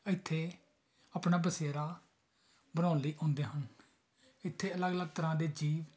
ਇੱਥੇ ਆਪਣਾ ਬਸੇਰਾ ਬਣਾਉਣ ਲਈ ਆਉਂਦੇ ਹਨ ਇੱਥੇ ਅਲੱਗ ਅਲੱਗ ਤਰ੍ਹਾਂ ਦੇ ਜੀਵ